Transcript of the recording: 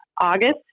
August